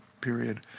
period